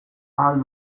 ahal